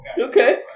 Okay